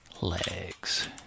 legs